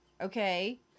Okay